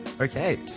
Okay